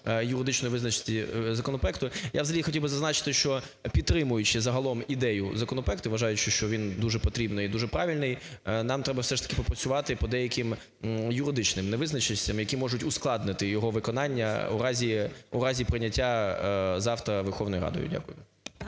юридичної визначеності законопроекту. Я взагалі хотів би зазначити, що, підтримуючи загалом ідею законопроекту, вважаючи, що він дуже потрібний і дуже правильний, нам все ж таки треба попрацювати по деяким юридичним невизначеностям, які можуть ускладнити його виконання в разі прийняття завтра Верховною Радою. Дякую.